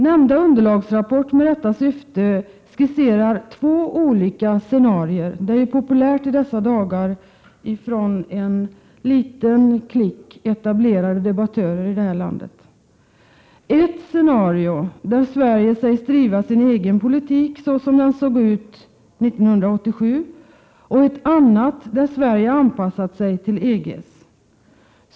Nämnda underlagsrapport med detta syfte skisserar två olika scenarier — det är ju populärt i dessa dagar bland en liten klick etablerade debattörer här i landet. Det är ett scenario där Sverige sägs driva sin egen politik så som den såg ut 1987 och ett annat där Sverige har anpassat sig till EG.